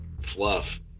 fluff